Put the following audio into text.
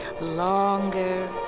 Longer